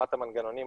הקמת המנגנונים,